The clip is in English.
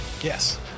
Yes